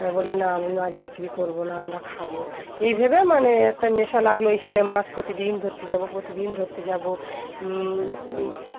আর বলি না আমি মাছ বিক্রি করবো না আমরা খাবো এইভোবে মানে একটা নেশা লাগলো এইখানে মাছ প্রতিদিন ধরতে যাবো প্রতিদিন ধরতে যাব